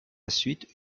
suite